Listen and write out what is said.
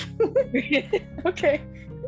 okay